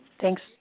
Thanks